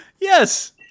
Yes